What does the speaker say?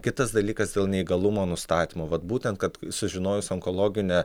kitas dalykas dėl neįgalumo nustatymo vat būtent kad sužinojus onkologinę